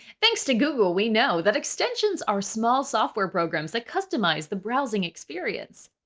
thanks to google, we know that extensions are small software programs that customize the browsing experience.